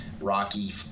Rocky